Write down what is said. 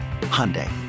Hyundai